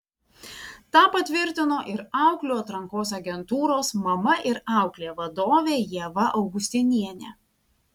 tą patvirtino ir auklių atrankos agentūros mama ir auklė vadovė ieva augustinienė